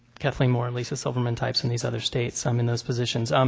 kathleen moore and lisa silverman types in these other states. i mean those positions. um